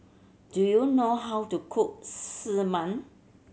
do you know how to cook